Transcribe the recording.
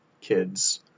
kids